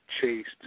chased